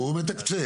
הוא מתקצב.